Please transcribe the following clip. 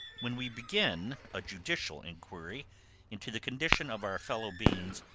when we begin a judicial inquiry into the condition of our fellow-beings,